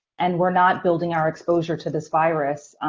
and we're not building our exposure to this virus,